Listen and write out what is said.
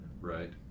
right